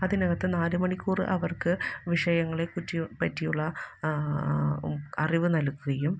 അതിനകത്ത് നാല് മണിക്കൂർ അവര്ക്ക് വിഷയങ്ങളെ പറ്റി പറ്റിയുള്ള അറിവ് നല്കുകയും